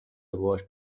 باهاش